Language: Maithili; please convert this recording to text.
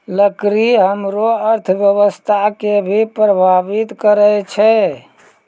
लकड़ी हमरो अर्थव्यवस्था कें भी प्रभावित करै छै